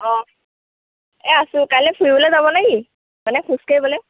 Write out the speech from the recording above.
অঁ এই আছোঁ কাইলৈ ফুৰিবলৈ যাব নে কি মানে খোজ কাঢ়িবলৈ